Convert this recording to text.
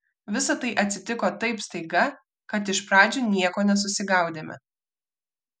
visa tai atsitiko taip staiga kad iš pradžių nieko nesusigaudėme